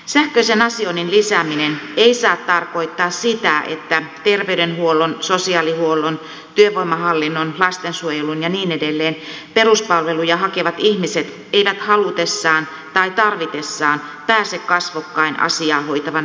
sähköisen asioinnin lisääminen ei saa tarkoittaa sitä että terveydenhuollon sosiaalihuollon työvoimahallinnon lastensuojelun ja niin edelleen peruspalveluja hakevat ihmiset eivät halutessaan tai tarvitessaan pääse kasvokkain asiaa hoitavan virkailijan kanssa